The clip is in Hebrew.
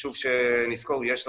וחשוב שנזכור, יש לקוחות,